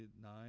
nine